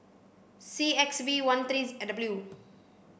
C X V one three W